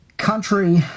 country